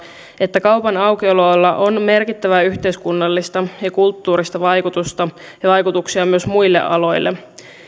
että kaupan aukioloajoilla on merkittävää yhteiskunnallista ja kulttuurista vaikutusta ja vaikutuksia myös muihin aloihin